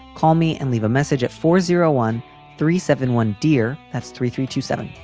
call me and leave a message at four zero one three seven one, dear. that's three three two seven.